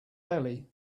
belly